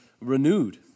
renewed